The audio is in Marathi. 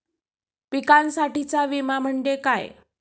पिकांसाठीचा विमा म्हणजे काय?